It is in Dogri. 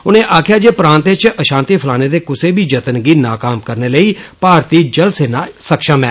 उनें आक्खेआ जे प्रांत इच अपांति फैलाने दे कुसै बी जत्न गी नाकाम करने लेई भारती जल सेना सक्षम ऐ